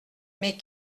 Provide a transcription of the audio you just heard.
mais